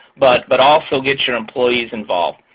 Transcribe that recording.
but but also get your employees involved.